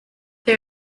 they